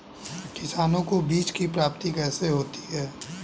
किसानों को बीज की प्राप्ति कैसे होती है?